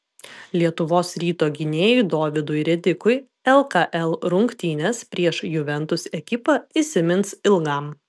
lietuvos ryto gynėjui dovydui redikui lkl rungtynės prieš juventus ekipą įsimins ilgam